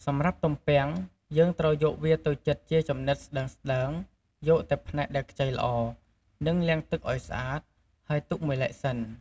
សម្រាប់់ទំពាំង យើងត្រូវយកវាទៅចិតជាចំណិតស្ដើងៗ យកតែផ្នែកដែលខ្ចីល្អ និងលាងទឹកឱ្យស្អាត ហើយទុកមួយឡែកសិន។